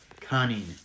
Cunning